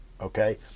okay